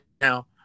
now